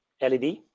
LED